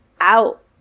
out